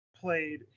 played